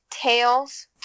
Tails